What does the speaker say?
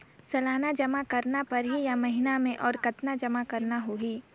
सालाना जमा करना परही या महीना मे और कतना जमा करना होहि?